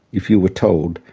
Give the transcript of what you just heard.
if you were told,